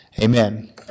Amen